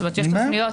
זאת אומרת שיש תוכניות